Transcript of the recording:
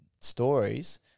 stories